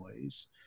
noise